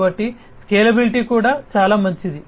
కాబట్టి స్కేలబిలిటీ కూడా చాలా మంచిది